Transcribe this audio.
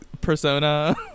persona